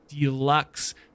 deluxe